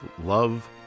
love